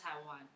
Taiwan